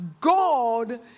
God